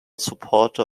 supporter